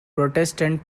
protestant